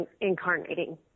incarnating